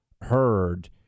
heard